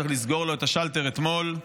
צריך לסגור לו את השלטר אתמול,